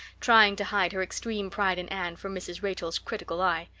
trying to hide her extreme pride in anne from mrs. rachel's critical eye.